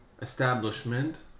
establishment